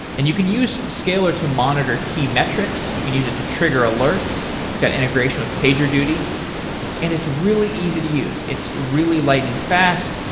and you can use scalyr to monitor key metrics. you can use it to trigger alerts. it's got integration with pagerduty and it's really easy to use. it's really lightning fast,